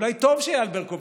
אולי טוב שאייל ברקוביץ'